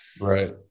right